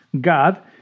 God